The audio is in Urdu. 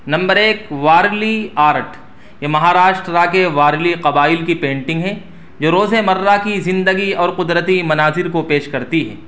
نمبر ایک وارلی آرٹ یہ مہاراسٹر را کے وارلی قبائل کی پینٹنگ ہے جو روز مرہ کی زندگی اور قدرتی مناظر کو پیش کرتی ہے